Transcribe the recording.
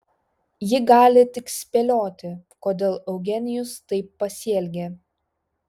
ji gali tik spėlioti kodėl eugenijus taip pasielgė